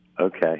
okay